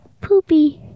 Poopy